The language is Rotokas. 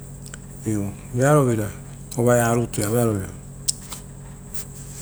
Iu vearo vira ovaea rutaia vearovira.